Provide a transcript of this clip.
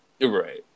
Right